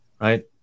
right